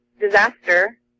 disaster